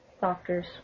doctor's